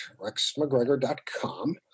rexmcgregor.com